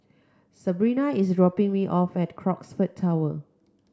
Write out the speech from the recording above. Sebrina is dropping me off at Crockford Tower